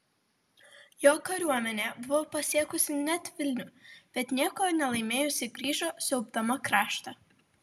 jo kariuomenė buvo pasiekusi net vilnių bet nieko nelaimėjusi grįžo siaubdama kraštą